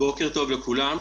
בוקר טוב לכולם.